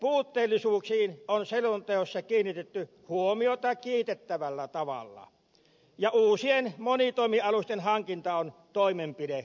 öljyntorjuntavalmiuksiemme puutteellisuuksiin on selonteossa kiinnitetty huomiota kiitettävällä tavalla ja uusien monitoimialusten hankinta on toimenpidelistalla